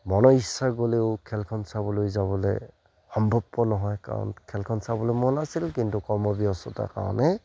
মনৰ ইচ্ছা গ'লেও খেলখন চাবলৈ যাবলৈ সম্ভৱপৰ নহয় কাৰণ খেলখন চাবলৈ মন আছিল কিন্তু কৰ্মব্যস্ততাৰ কাৰণে